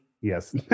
Yes